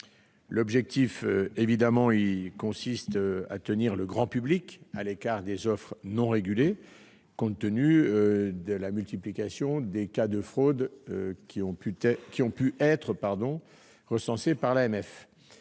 consiste évidemment à tenir le grand public à l'écart des offres non régulées, compte tenu de la multiplication des cas de fraude recensés par l'AMF.